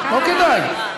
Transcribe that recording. לא כדאי.